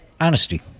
Honesty